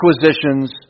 acquisitions